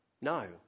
No